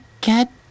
get